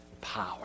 power